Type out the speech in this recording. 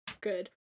Good